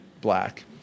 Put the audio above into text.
black